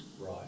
Right